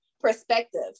perspective